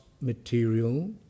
material